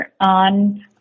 on